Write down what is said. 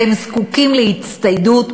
והם זקוקים להצטיידות,